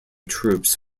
troops